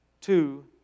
two